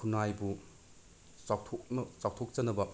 ꯈꯨꯟꯅꯥꯏꯕꯨ ꯆꯥꯎꯊꯣꯛꯆꯅꯕ